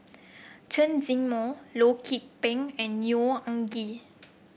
Chen Zhiming Loh Lik Peng and Neo Anngee